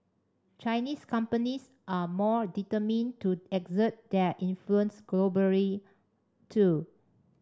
Chinese companies are more determined to exert their influence globally too